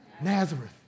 Nazareth